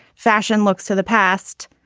fashion looks to the past.